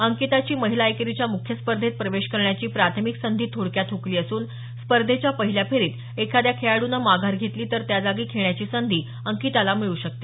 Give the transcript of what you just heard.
अंकिताची महिला एकेरीच्या मुख्य स्पर्धेत प्रवेश करण्याची प्राथमिक संधी थोडक्यात हकली असून स्पर्धेच्या पहिल्या फेरीत एखाद्या खेळाडूनं माघार घेतली तर त्या जागी खेळण्याची संधी अंकिताला मिळू शकते